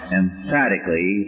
emphatically